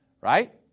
right